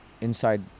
inside